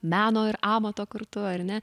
meno ir amato kartu ar ne